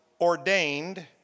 ordained